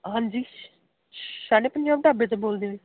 ਹਾਂਜੀ ਸਾਡੇ ਪੰਜਾਬ ਢਾਬੇ ਤੋਂ ਬੋਲਦੇ